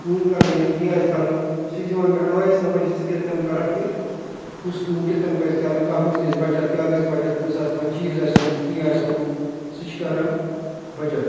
کٲم کَرٕنۍ یا کیٚنہہ آسہِ کرُن سُہ چھِ دِوان مےٚ اٮ۪ڈوایِس دَپان چھِ ژٕ کِتھ کٔنۍ کَرَکھ یہِ یہِ کُس کٲم کِتھ کَن پَزِ کَرٕنۍ کَتھ منٛز گژھِ بَچَت کیٛاہ گژھِ بَچَتھ کُنہِ ساتہٕ کانٛہہ چیٖز آسہِ اَنُن کیٚنہہ آسہِ اَنُن سُہ چھِ کران بَچَت